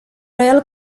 royal